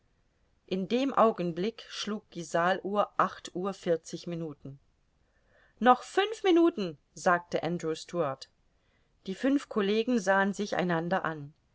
in dem augenblick schlug die saaluhr acht uhr vierzig minuten noch fünf minuten sagte andrew stuart die fünf collegen sahen sich einander an